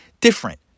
different